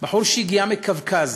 בחור שהגיע מקווקז